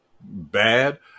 bad